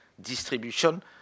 distribution